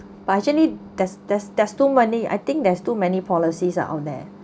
but actually there's there's there's too many I think there's too many policies are on there